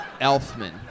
Elfman